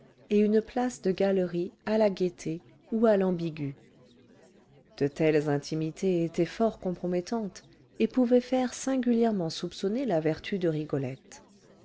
et une place de galerie à la gaîté ou à l'ambigu de telles intimités étaient fort compromettantes et pouvaient faire singulièrement soupçonner la vertu de rigolette